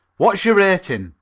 what's your rating?